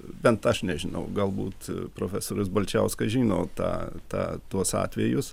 bent aš nežinau galbūt profesorius balčiauskas žino tą tą tuos atvejus